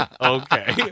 Okay